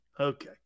Okay